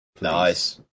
nice